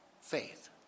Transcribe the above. Faith